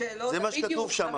בדיוק.